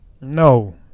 No